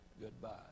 goodbye